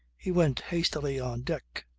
he went hastily on deck.